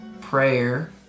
prayer